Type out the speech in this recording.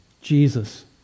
Jesus